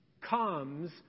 comes